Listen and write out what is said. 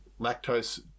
Lactose